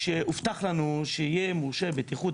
הובטח לנו שיהיה מורשה בטיחות.